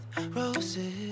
roses